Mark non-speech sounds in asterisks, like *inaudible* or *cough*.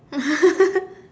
*laughs*